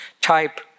type